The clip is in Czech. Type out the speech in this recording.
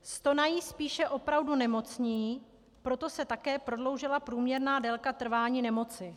Stonají spíše opravdu nemocní, proto se také prodloužila průměrná délka trvání nemoci.